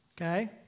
Okay